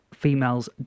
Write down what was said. female's